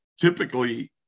typically